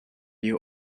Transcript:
you